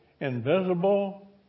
invisible